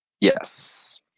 Yes